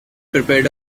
prepared